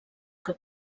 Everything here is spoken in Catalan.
que